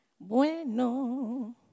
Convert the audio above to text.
Bueno